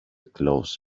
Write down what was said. clothes